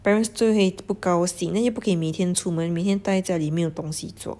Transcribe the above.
parents 就会不高兴 then 又不可以每天出门每天待在里面都没有东西做